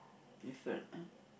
different ah